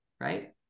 right